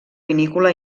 vinícola